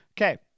Okay